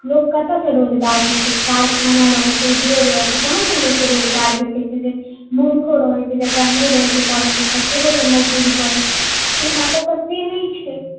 लोक कतयसऽ रोजगारके लेतै कारखाना रहै छै उद्योग रहै छै तब ने लोकके रोजगार भेटै छै मूर्खो रहै छै जे ने रहै छै पढ़ल लिखल ओहोसब मजदूरी करै छै एतय त से नहि छै